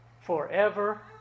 forever